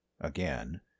again